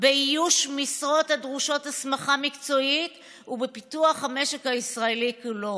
באיוש משרות הדרושות הסמכה מקצועית ובפיתוח המשק הישראלי כולו.